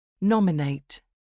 Nominate